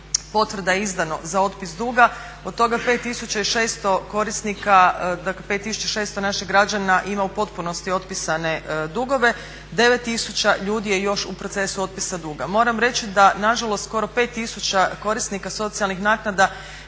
potvrda je izdano za otpis duga od toga 5600 korisnika, dakle 5600 naših građana ima u potpunosti otpisane. 9000 ljudi je još u procesu otpisa duga. Moram reći da nažalost skoro 5000 korisnika socijalnih naknada